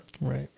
Right